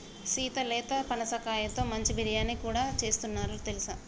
సీత లేత పనసకాయతో మంచి బిర్యానీ కూడా సేస్తున్నారు తెలుసా